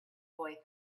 boy